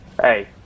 Hey